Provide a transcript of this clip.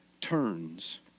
turns